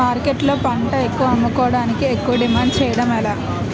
మార్కెట్లో పంట అమ్ముకోడానికి ఎక్కువ డిమాండ్ చేయడం ఎలా?